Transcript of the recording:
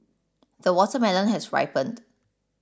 the watermelon has ripened